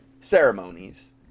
ceremonies